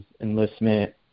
enlistment